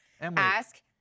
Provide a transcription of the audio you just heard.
ask